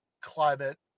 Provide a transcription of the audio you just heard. climate